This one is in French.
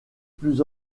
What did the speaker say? plus